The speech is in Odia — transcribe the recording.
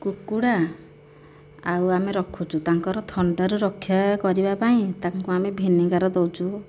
କୁକୁଡ଼ା ଆଉ ଆମେ ରଖୁଛୁ ଆଉ ତାଙ୍କର ଥଣ୍ଡା ରକ୍ଷା କରିବା ପାଇଁ ତାକୁ ଆମେ ଭିନେଗାର ଦେଉଛୁ